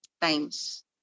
times